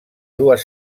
dues